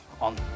on